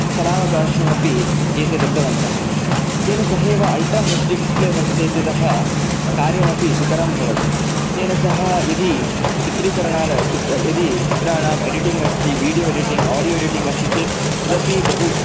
स्थलावकाश्यमपि एते दत्तवन्तः तेन सहैव अल्ट्रा हेच् डी डिस्प्ले वर्तते इत्यतः कार्यमपि सुकरं भवति तेन सह यदि चित्रीकरणात् यदि चित्राणां एडिटिङ्ग् अस्ति विडियो एडिटिङ्ग् ओडियो एडिटिङ्ग् अस्ति चेत् तदपि बहु